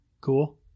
Cool